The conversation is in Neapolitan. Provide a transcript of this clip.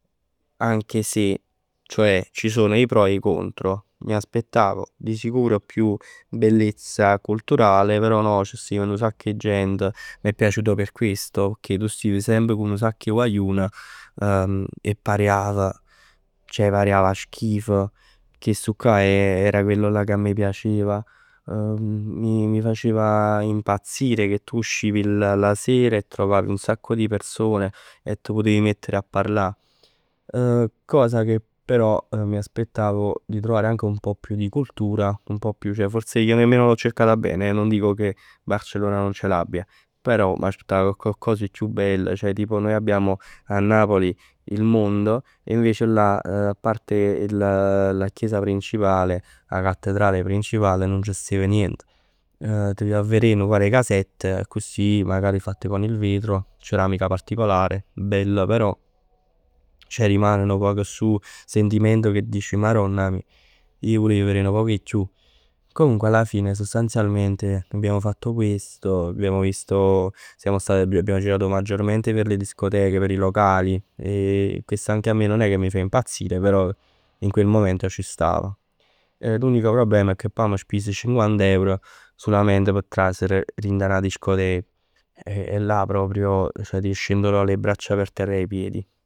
Anche se, cioè, ci sono i pro o i contro. Mi aspettavo di sicuro più bellezza culturale, però no c' stev nu sacc 'e gent. Mi è piaciuto per questo. Pecchè tu stiv semp cu nu sacc 'e guagliun e pariav. Ceh pariav a schif. Chest'ccà era chell che a me piaceva. Mi faceva impazzire che tu uscivi la la sera e trovavi un sacco di persone e t' putiv mettere a parlà. Cosa che però mi aspettavo di trovare anche un pò più di cultura. Un pò più. Ceh io forse nemmeno l'ho cercata bene eh. Non dico che Barcellona non ce l'abbia. Però m'aspettav cocch'cos 'e chiù bell. Ceh noi vediamo a Napoli il mondo e invece là a parte la chiesa principale, la cattedrale principale, nun c' stev nient. T' jiv a verè nu par 'e casette accussì, magari fatte con il vetro, cercamica particolare. Bello, però, ceh rimane nu poc stu sentimento che dici Maronna mij, ij vulev verè nu poc 'e chiù. Comunque alla fine sostanzialmente abbiamo fatto questo. Abbiamo visto. Abbiamo girato maggiormente per le discoteche, per i locali. E questo anche a me non è che fa impazzire, però in quel momento ci stava. L'unico problema è che pò amma spis cinquanta euro sulament p' tras dint 'a 'na discotec. E là proprio ti scendono le braccia per terra ai piedi.